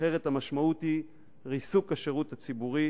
אחרת המשמעות היא ריסוק השירות הציבורי